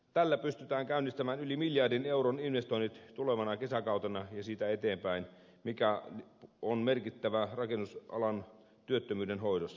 tällä pystytään käynnistämään yli miljardin euron investoinnit tulevana kesäkautena ja siitä eteenpäin mikä on merkittävää rakennusalan työttömyyden hoidossa